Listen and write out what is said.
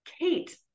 Kate